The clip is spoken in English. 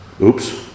Oops